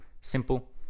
simple